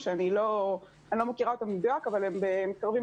שאני לא מכירה אותם במדויק אבל הם מתקרבים